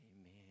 Amen